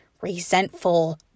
resentful